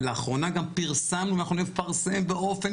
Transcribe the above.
ולאחרונה גם פרסמנו ואנחנו נפרסם באופן